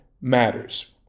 matters